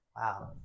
Wow